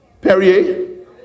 Perrier